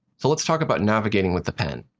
so let's talk about navigating with the pen.